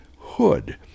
hood